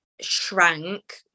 shrank